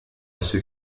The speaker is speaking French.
ceux